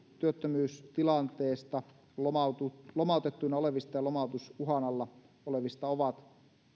työttömyystilanteesta lomautettuina lomautettuina olevista ja lomautusuhan alla olevista ovat